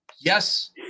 yes